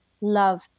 love